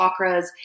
chakras